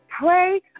pray